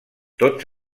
tots